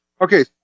Okay